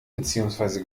beziehungsweise